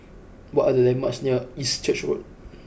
what are the landmarks near East Church Road